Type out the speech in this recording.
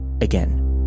again